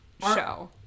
show